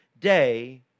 day